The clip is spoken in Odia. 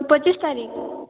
ପଚିଶ ତାରିକ